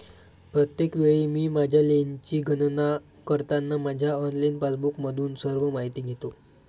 प्रत्येक वेळी मी माझ्या लेनची गणना करताना माझ्या ऑनलाइन पासबुकमधून सर्व माहिती घेतो